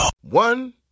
One